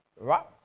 Right